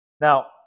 Now